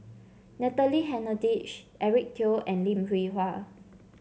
Natalie Hennedige Eric Teo and Lim Hwee Hua